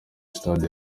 sitade